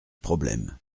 problème